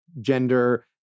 gender